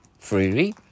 freely